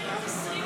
19 להסיר.